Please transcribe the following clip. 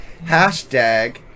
hashtag